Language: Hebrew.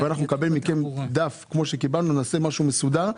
נקבל מכם דף, כמו שקיבלנו, ונעשה משהו מסודר.